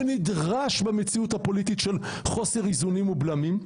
שנדרש במציאות הפוליטית של חוסר איזונים ובלמים,